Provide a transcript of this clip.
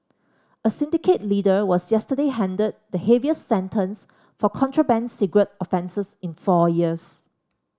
a syndicate leader was yesterday handed the heaviest sentence for contraband cigarette offences in four years